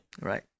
Right